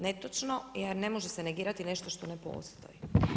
Netočno, jer ne može se negirati nešto što ne postoji.